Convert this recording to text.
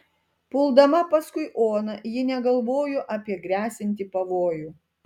puldama paskui oną ji negalvojo apie gresiantį pavojų